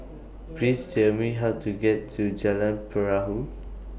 Please Tell Me How to get to Jalan Perahu